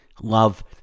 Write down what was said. love